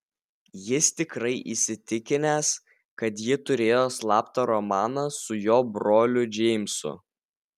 jis tikrai įsitikinęs kad ji turėjo slaptą romaną su jo broliu džeimsu